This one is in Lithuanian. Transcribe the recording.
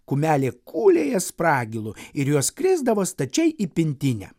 kumelė kūlė jas spragilu ir jos krisdavo stačiai į pintinę